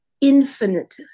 infinite